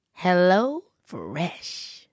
HelloFresh